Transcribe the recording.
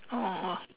oh !wah!